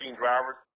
drivers